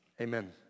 amen